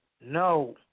No